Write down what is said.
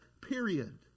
period